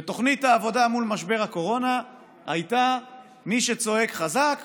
ותוכנית העבודה מול משבר הקורונה הייתה שמי שצועק חזק,